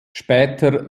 später